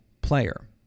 player